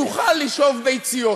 תוכל לשאוב ביציות,